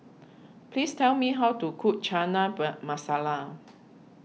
please tell me how to cook Chana Bar Masala